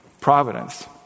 providence